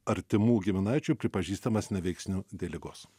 artimų giminaičių pripažįstamas neveiksniu dėl ligos